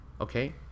okay